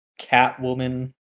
Catwoman